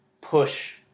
push